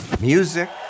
music